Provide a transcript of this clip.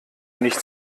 nicht